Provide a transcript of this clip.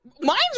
Mine's